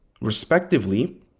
respectively